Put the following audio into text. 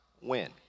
win